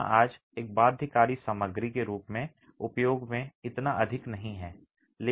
चूना आज एक बाध्यकारी सामग्री के रूप में उपयोग में इतना अधिक नहीं है